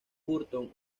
burton